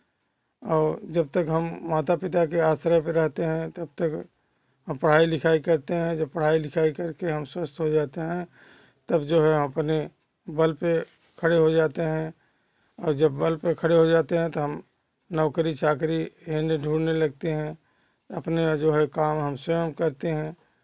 और जब तक हम माता पिता के आश्रय पर रहते हैं तब तक पढ़ाई लिखाई करते हैं जब पढ़ाई लिखाई करके हम स्वस्थ हो जाते हैं तब जो है हम अपने बल पर खड़े हो जाते हैं और जब बल पर खड़े हो जाते हैं तो हम नौकरी चाकरी करने ढूँढने लगते हैं अपने जो है काम स्वयं करते हैं